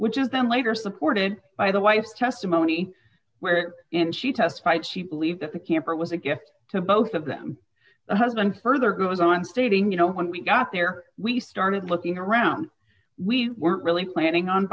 which is then later supported by the wife testimony where and she testified she believed that the cancer was a gift to both of them the husband further who was on stating you know when we got there we started looking around we weren't really planning on